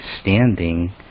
standing